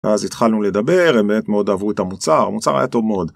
‫אז התחלנו לדבר, אמת, ‫מאוד אהבו את המוצר, המוצר היה טוב מאוד.